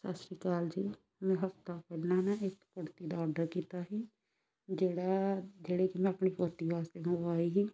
ਸਤਿ ਸ਼੍ਰੀ ਅਕਾਲ ਜੀ ਮੈਂ ਹਫਤਾ ਪਹਿਲਾਂ ਨਾ ਇੱਕ ਕੁੜਤੀ ਦਾ ਔਡਰ ਕੀਤਾ ਸੀ ਜਿਹੜਾ ਜਿਹੜੇ ਕਿ ਮੈਂ ਆਪਣੀ ਪੋਤੀ ਵਾਸਤੇ ਮੰਗਵਾਏ ਹੀ